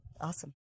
Awesome